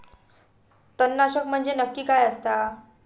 तणनाशक म्हंजे नक्की काय असता?